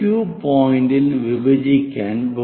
പോയിന്റിൽ വിഭജിക്കാൻ പോകുന്നു